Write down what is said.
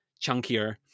chunkier